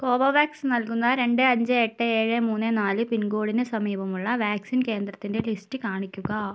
Covovax നൽകുന്ന രണ്ട് അഞ്ച് എട്ട് ഏഴ് മൂന്ന് നാല് പിൻകോഡിന് സമീപമുള്ള വാക്സിൻ കേന്ദ്രത്തിൻ്റെ ലിസ്റ്റ് കാണിക്കുക